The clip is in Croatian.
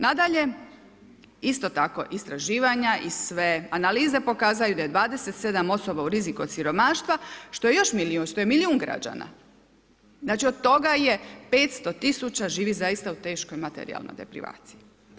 Nadalje, isto tako istraživanja i sve analize pokazuju da je 27 osoba u riziku od siromaštva, što je još milijun, što je milijun građana, znači od toga je 500 000 živi zaista u teškoj materijalnoj deprivaciji.